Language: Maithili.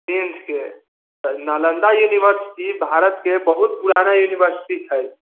टेंथ के नालन्दा यूनिवर्सिटी भारत के बहुत पुराना यूनिवर्सिटी छै